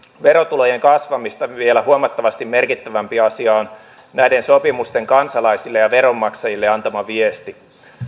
verotulojen kasvamista vielä huomattavasti merkittävämpi asia on näiden sopimusten kansalaisille ja veronmaksajille antama viesti